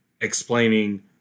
explaining